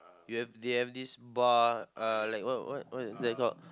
you have they have this bar uh like what what what is that called